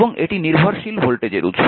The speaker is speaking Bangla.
এবং এটি নির্ভরশীল ভোল্টেজের উৎস